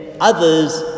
others